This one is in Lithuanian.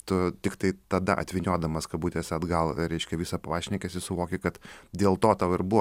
tu tiktai tada atvyniodamas kabutėse atgal reiškia visą pašnekesį suvoki kad dėl to tau ir buvo